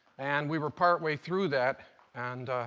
and we were part way through that and